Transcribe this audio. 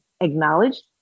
acknowledged